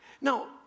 Now